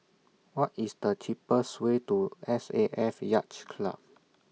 What IS The cheapest Way to S A F Yacht Club